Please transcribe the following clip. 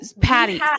patty